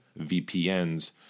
VPNs